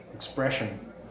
Expression